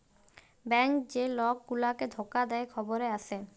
bank যে lock গুলাকে ধকা দে খবরে আসে